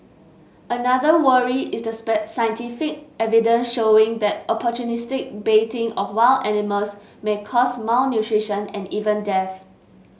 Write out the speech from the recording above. another worry is the scientific evidence showing that opportunistic baiting of wild animals may cause malnutrition and even death